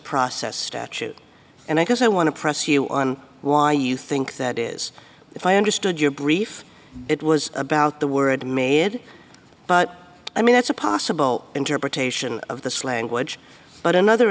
process statute and i guess i want to press you on why you think that is if i understood your brief it was about the word made but i mean that's a possible interpretation of the slanguage but another